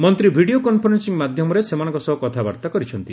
ମନ୍ତ୍ରୀ video conferencing ମାଧ୍ୟମରେ ସେମାନଙ୍କ ସହ କଥାବାର୍ତ୍ତା କରିଛନ୍ତି